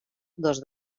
dos